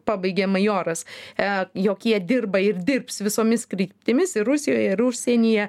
pabaigė majoras e jog jie dirba ir dirbs visomis kryptimis ir rusijoje ir užsienyje